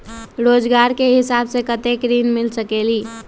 रोजगार के हिसाब से कतेक ऋण मिल सकेलि?